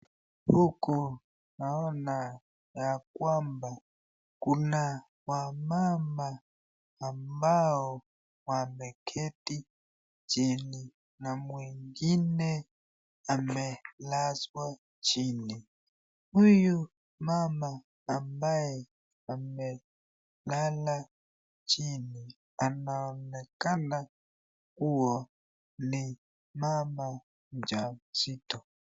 Huku naona ya kwamba kuna wamama ambao wameketi chini, na mwingine amelazwa chini. Huyu mama ambaye amelala chini anaonekana kuwa ni mama mja mzito.